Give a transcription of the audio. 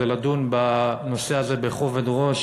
לדון בנושא הזה בכובד ראש